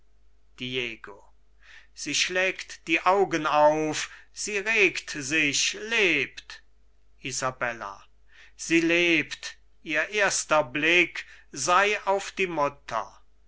sie schlägt die augen auf sie regt sich lebt isabella sie lebt ihr erster blick sei auf die mutter